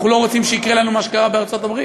אנחנו לא רוצים שיקרה לנו מה שקרה בארצות-הברית.